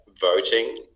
voting